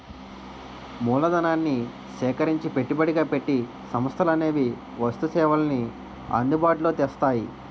మూలధనాన్ని సేకరించి పెట్టుబడిగా పెట్టి సంస్థలనేవి వస్తు సేవల్ని అందుబాటులో తెస్తాయి